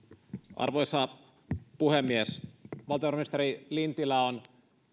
arvoisa puhemies valtiovarainministeri lintilä on